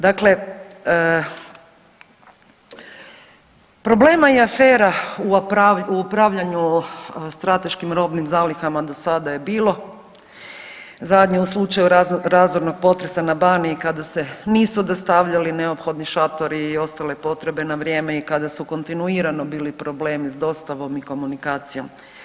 Dakle, problema i afera u upravljanju strateškim robnim zalihama do sada je bilo, zadnje u slučaju razornog potresa na Baniji kada se nisu dostavljali neophodni šatori i ostale potrebe na vrijeme i kada su kontinuirano bili problemi s dostavom i komunikacijom.